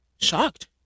shocked